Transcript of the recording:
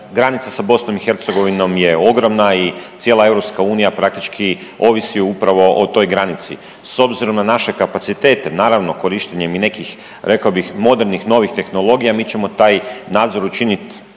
granica sa BiH je ogromna i cijela EU praktički ovisi upravo o toj granici. S obzirom na naše kapacitete naravno korištenjem i nekih rekao bih modernih novih tehnologija mi ćemo taj nadzor učiniti